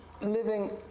living